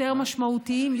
יותר משמעותיים,